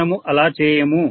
మనము అలా చేయము